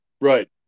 right